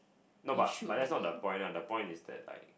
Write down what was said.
no but but that's not the point lah the point is that like